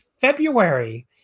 february